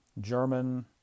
German